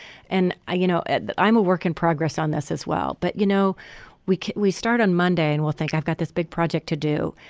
and i you know and that i'm a work in progress on this as well. but you know we we start on monday and we'll think i've got this big project to do.